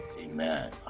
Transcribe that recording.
Amen